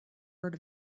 heard